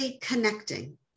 connecting